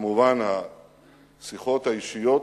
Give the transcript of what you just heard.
וכמובן השיחות האישיות,